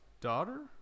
daughter